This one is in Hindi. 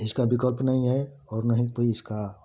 इसका विकल्प नहीं है और ना ही कोई इसका